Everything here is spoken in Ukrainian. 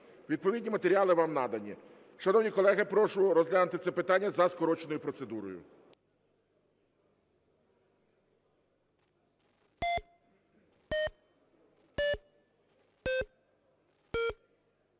Відповідні матеріали вам надані. Шановні колеги, прошу розглянути це питання за скороченою процедурою.